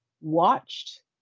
watched